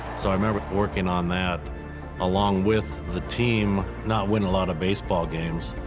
so i remember working on that along with the team, not winning a lot of baseball games.